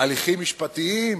הליכים משפטיים,